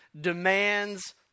demands